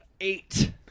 Eight